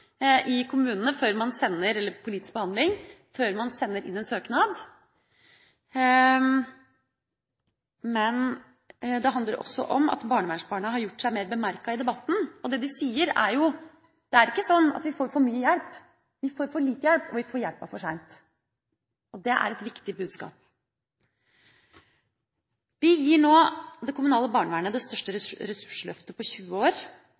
i kommunene før man sender inn en søknad. Det handler også om at barnevernsbarna har gjort seg mer bemerket i debatten. Det de sier, er at det ikke er sånn at de får for mye hjelp, de får for lite hjelp, og de får hjelpen for seint. Og det er et viktig budskap. Vi gir nå det kommunale barnevernet det største ressursløftet på 20 år.